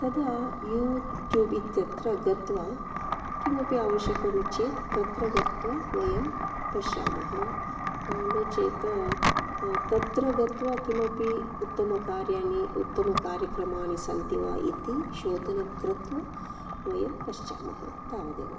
तदा यूट्यूब् इत्यत्र गत्वा किमपि आवश्यकं चेत् तत्र गत्वा वयं पश्यामः नो चेत् तत्र गत्वा किमपि उत्तमकार्याणि उत्तमकार्यक्रमाणि सन्ति वा इति शोधनं कृत्वा वयं पश्यामः तावदेव